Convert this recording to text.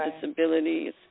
disabilities